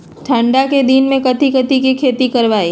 ठंडा के दिन में कथी कथी की खेती करवाई?